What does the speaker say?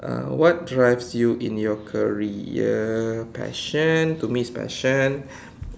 uh what drives you in your career passion to me it's passion